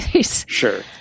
sure